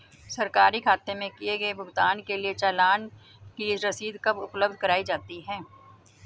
सरकारी खाते में किए गए भुगतान के लिए चालान की रसीद कब उपलब्ध कराईं जाती हैं?